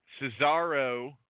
Cesaro